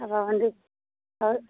அவள் வந்து அவள்